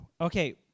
Okay